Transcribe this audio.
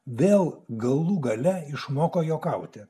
vėl galų gale išmoko juokauti